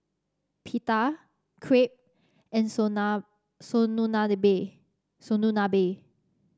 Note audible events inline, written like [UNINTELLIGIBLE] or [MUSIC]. Pita Crepe and [UNINTELLIGIBLE]